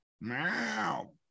meow